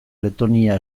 letonia